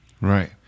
Right